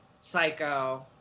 Psycho